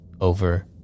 over